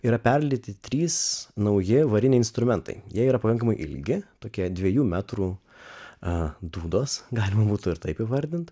yra perlydyti trys nauji variniai instrumentai jie yra pakankamai ilgi tokie dviejų metrų dūdos galima būtų ir taip įvardint